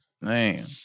Man